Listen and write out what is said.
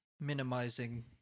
minimizing